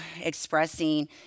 expressing